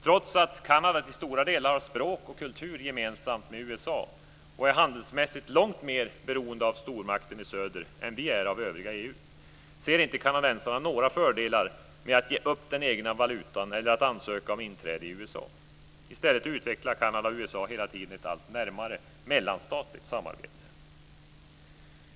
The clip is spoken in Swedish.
Trots att Kanada till stora delar har språk och kultur gemensamt med USA och är handelsmässigt långt mer beroende av stormakten i söder än vi är av övriga EU ser inte kanadensarna några fördelar med att ge upp den egna valutan eller att ansöka om inträde i USA. I stället utvecklar Kanada och USA hela tiden ett allt närmare mellanstatligt samarbete.